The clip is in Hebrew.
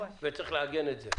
וצריך לעגן את זה,